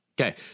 Okay